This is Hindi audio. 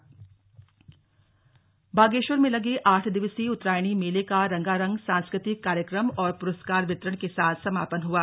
मेला संपन्न बागेश्वर में लगे आठ दिवसीय उत्तरायणी मेले का रंगारंग सांस्कृतिक कार्यक्रम और पुरस्कार वितरण के साथ समापन हुआ